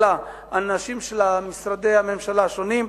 אלא אנשים של משרדי הממשלה השונים.